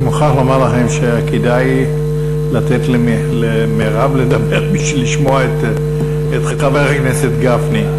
אני מוכרח לומר לכם שכדאי לתת למרב לדבר בשביל לשמוע את חבר הכנסת גפני.